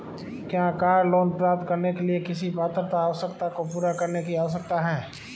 क्या car loan प्राप्त करने के लिए किसी पात्रता आवश्यकता को पूरा करने की आवश्यकता है?